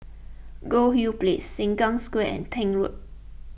Goldhill Place Sengkang Square and Tank Road